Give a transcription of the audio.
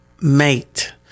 mate